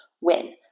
win